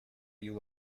you